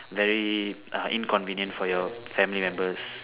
very uh inconvenient for your family members